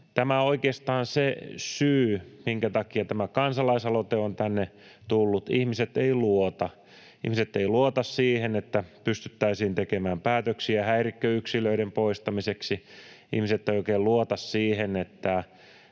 tämä on oikeastaan se syy, minkä takia tämä kansalaisaloite on tänne tullut. Ihmiset eivät luota, ihmiset eivät luota siihen, että pystyttäisiin tekemään päätöksiä häirikköyksilöiden poistamiseksi. Ihmiset eivät oikein luota siihen, että